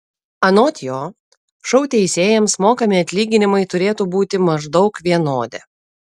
anot jo šou teisėjams mokami atlyginimai turėtų būti maždaug vienodi